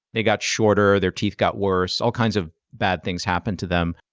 they got shorter, their teeth got worse, all kinds of bad things happened to them.